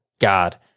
God